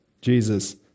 Jesus